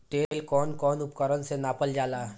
तेल कउन कउन उपकरण से नापल जाला?